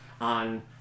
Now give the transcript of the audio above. on